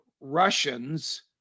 Russians